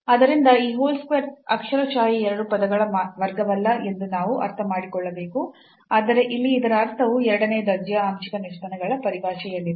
ಆದ್ದರಿಂದ ಈ whole square ಅಕ್ಷರಶಃ ಈ ಎರಡು ಪದಗಳ ವರ್ಗವಲ್ಲ ಎಂದು ನಾವು ಅರ್ಥಮಾಡಿಕೊಳ್ಳಬೇಕು ಆದರೆ ಇಲ್ಲಿ ಇದರ ಅರ್ಥವು ಎರಡನೇ ದರ್ಜೆಯ ಆಂಶಿಕ ನಿಷ್ಪನ್ನಗಳ ಪರಿಭಾಷೆಯಲ್ಲಿದೆ